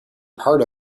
part